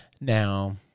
Now